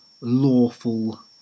lawful